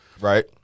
right